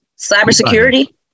Cybersecurity